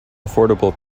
affordable